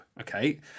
okay